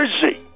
Jersey